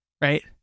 Right